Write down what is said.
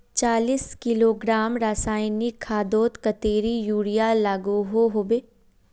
चालीस किलोग्राम रासायनिक खादोत कतेरी यूरिया लागोहो होबे?